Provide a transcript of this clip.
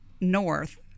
north